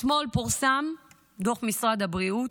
אתמול פורסם דוח משרד הבריאות,